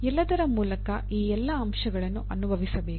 ಎಲ್ಲದರ ಮೂಲಕ ಈ ಎಲ್ಲಾ ಅಂಶಗಳನ್ನು ಅನುಭವಿಸಬೇಕು